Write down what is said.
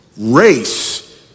race